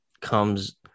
comes